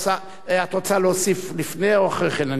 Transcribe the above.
את רוצה להוסיף לפני כן או אחרי כן?